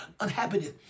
Unhappiness